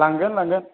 लांगोन लांगोन